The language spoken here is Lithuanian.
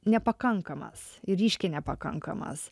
nepakankamas ir ryškiai nepakankamas